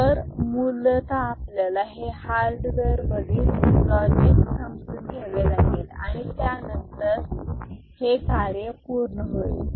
तर मूलतः आपल्याला हे हार्डवेअर मधील लॉजिक समजून घ्यावे लागेल आणि त्यानंतर हे कार्य पूर्ण होईल